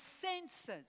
senses